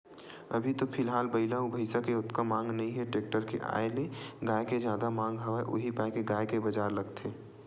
अभी तो फिलहाल बइला अउ भइसा के ओतका मांग नइ हे टेक्टर के आय ले गाय के जादा मांग हवय उही पाय के गाय के बजार लगथे